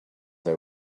they